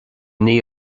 naoi